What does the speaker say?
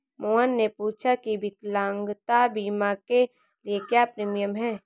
मोहन ने पूछा की विकलांगता बीमा के लिए क्या प्रीमियम है?